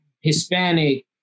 Hispanic